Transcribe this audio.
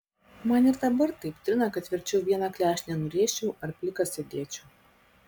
man ir dabar taip trina kad verčiau vieną klešnę nurėžčiau ar plikas sėdėčiau